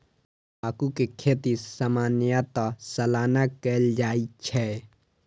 तंबाकू के खेती सामान्यतः सालाना कैल जाइ छै